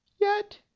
Yet